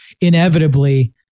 inevitably